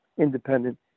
independent